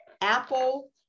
Apple